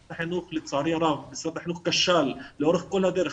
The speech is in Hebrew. לצערי הרב משרד החינוך כשל לאורך כל הדרך.